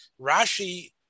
Rashi